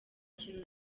kintu